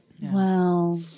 wow